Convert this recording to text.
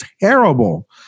terrible